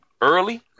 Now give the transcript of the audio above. early